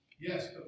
Yes